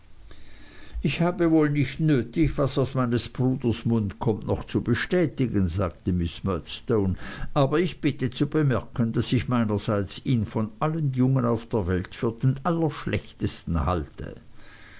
ich habe wohl nicht nötig was aus meines bruders mund kommt noch zu bestätigen sagte miß murdstone aber ich bitte zu bemerken daß ich meinerseits ihn von allen jungen auf der welt für den allerschlechtesten halte